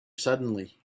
suddenly